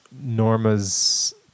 Norma's